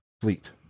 fleet